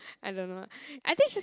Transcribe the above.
I don't know I think she's